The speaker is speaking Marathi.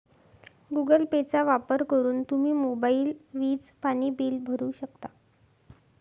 गुगल पेचा वापर करून तुम्ही मोबाईल, वीज, पाणी बिल भरू शकता